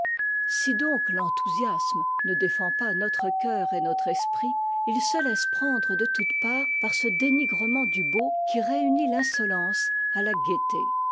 si donc t'enthousiasme ne défend pas notre cœur et notre esprit ils se laissent prendre de toutes parts par ce dénigrement du beau qui réunit l'insolence à la gaieté